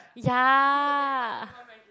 ya